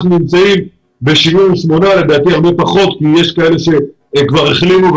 נמצאים ב-78 ולדעתי הרבה פחות כי יש כאלה שכבר החלימו.